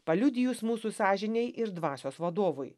paliudijus mūsų sąžinei ir dvasios vadovui